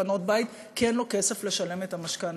לפנות בית כי אין לו כסף לשלם את המשכנתה,